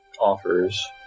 offers